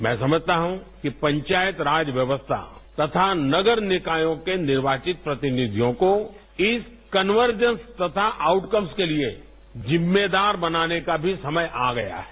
मैं समझता हूं कि पंचायत राज व्यवस्था तथा नगर निकायों के निर्वाचित प्रतिनिधियों को इस कनवर्जन्स तथा आउटकम्स के लिए जिम्मेदार बनाने का भी समय आ गया है